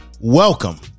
welcome